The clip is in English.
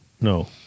No